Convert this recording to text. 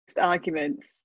arguments